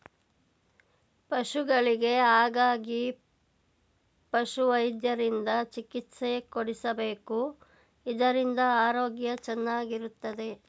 ಪಶುಗಳಿಗೆ ಹಾಗಾಗಿ ಪಶುವೈದ್ಯರಿಂದ ಚಿಕಿತ್ಸೆ ಕೊಡಿಸಬೇಕು ಇದರಿಂದ ಆರೋಗ್ಯ ಚೆನ್ನಾಗಿರುತ್ತದೆ